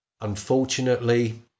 Unfortunately